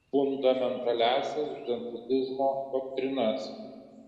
fundamentaliąsias dzenbudizmo doktrinas